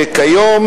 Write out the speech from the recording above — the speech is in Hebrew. כיום,